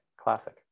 classic